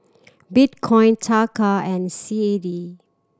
Bitcoin Taka and C A D